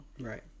Right